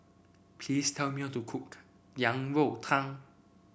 please tell me how to cook Yang Rou Tang